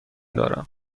دارم